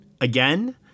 again